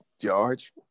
George